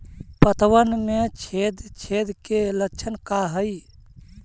पतबन में छेद छेद के लक्षण का हइ?